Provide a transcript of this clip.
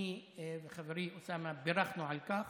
אני וחברי אוסאמה בירכנו על כך.